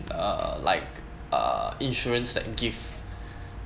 uh like uh insurance that give